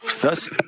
Thus